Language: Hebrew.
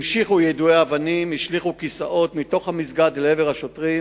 המשיכו ביידוי אבנים והשליכו כיסאות מתוך המסגד לעבר השוטרים.